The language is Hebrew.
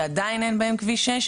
שעדיין אין בהם כביש 6,